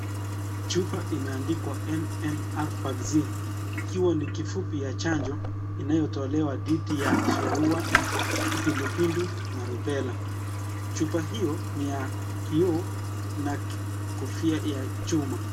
Chupa imeandikwa (cs)MMR Vaccine(cs), ikiwa ni kifupi ya chanjo inayotolewa dhidi ya surua, kipindupindu na rubela. Chupa hiyo ni ya kioo na kofia ya chuma.